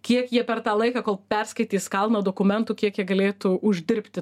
kiek jie per tą laiką kol perskaitys kalną dokumentų kiek jie galėtų uždirbti